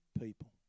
people